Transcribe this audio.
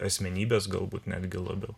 asmenybes galbūt netgi labiau